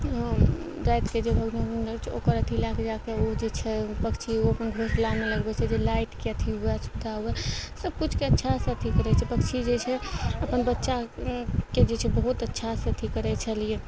रातिके जे भगजोगनी होइ छै ओकर अथी लए कऽ उ जे छै पक्षी अपन घोसलामे लगबइ छै जे लाइटके अथी हुअइ सुविधा हुअइ सबकुछके अच्छासँ अथी करय छै पक्षी जे छै अपन बच्चाके जे छै बहुत अच्छासँ अथी करय छलियै